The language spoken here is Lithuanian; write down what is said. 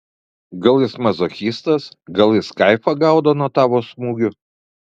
gal jis mazochistas gal jis kaifą gaudo nuo tavo smūgių